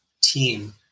team